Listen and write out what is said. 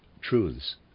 truths